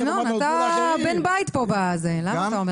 ינון, אתה בן בית פה, למה אתה אומר?